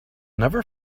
never